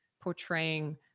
portraying